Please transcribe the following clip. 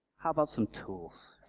how about some tools?